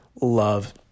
love